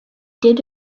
did